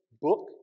book